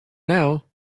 now